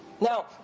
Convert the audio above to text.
Now